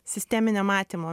sisteminio matymo